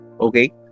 okay